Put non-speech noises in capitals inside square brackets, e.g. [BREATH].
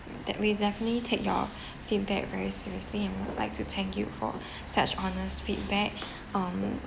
that we definitely take your [BREATH] feedback very seriously and would like to thank you for [BREATH] such honest feedback [BREATH] um